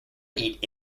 eat